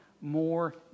more